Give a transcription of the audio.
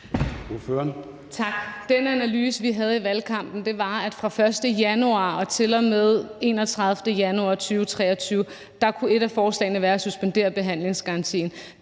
Den analyse, vi havde i valgkampen, var, at fra den 1. januar til og med den 31. januar 2023 kunne et af forslagene være at suspendere behandlingsgarantien.